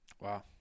wow